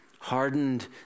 Hardened